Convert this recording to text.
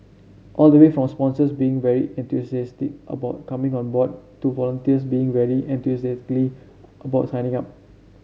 all the way from sponsors being very enthusiastic about coming on board to volunteers being very enthusiastically about signing up